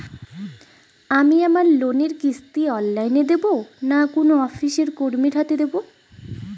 আমি আমার লোনের কিস্তি অনলাইন দেবো না কোনো অফিসের কর্মীর হাতে দেবো?